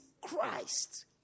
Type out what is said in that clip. Christ